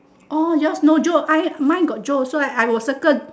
orh yours no joe I mine got joe so I will circle